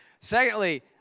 secondly